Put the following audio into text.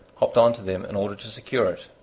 hopped on to them in order to secure it,